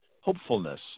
hopefulness